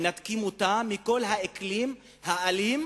מנתקים אותם מכל האקלים האלים